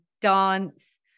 dance